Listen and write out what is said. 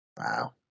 Wow